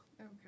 Okay